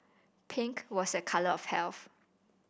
pink was a colour of health